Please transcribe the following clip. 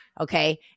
Okay